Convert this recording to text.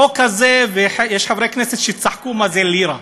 החוק הזה, ויש חברי כנסת שצחקו מה זה לירה,